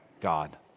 God